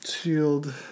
shield